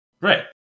Right